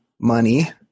money